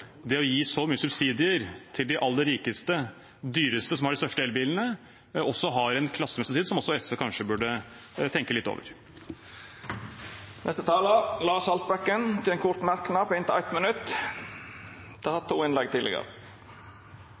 det å gi så mye subsidier til de aller rikeste, som har de dyreste og største elbilene, også har en klassemessig side, som også SV kanskje burde tenke litt over. Representanten Lars Haltbrekken har hatt ordet to gonger tidlegare og får ordet til